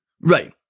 Right